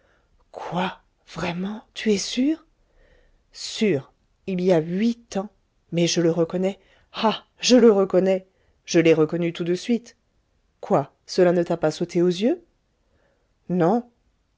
quoi vraiment tu es sûr sûr il y a huit ans mais je le reconnais ah je le reconnais je l'ai reconnu tout de suite quoi cela ne t'a pas sauté aux yeux non